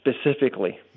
specifically